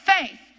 Faith